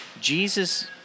Jesus